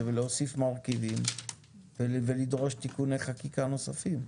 ולהוסיף מרכיבים ולדרוש תיקוני חקיקה נוספים.